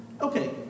Okay